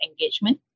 engagement